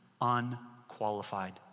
unqualified